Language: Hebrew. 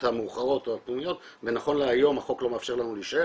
המאוחרות או ה- -- ונכון להיום החוק לא מאפשר לנו להשאיר,